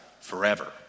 forever